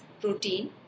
protein